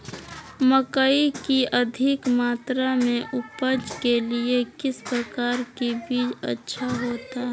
मकई की अधिक मात्रा में उपज के लिए किस प्रकार की बीज अच्छा होता है?